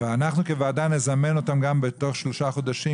אנחנו כוועדה נזמן אותם גם בתוך שלושה חודשים.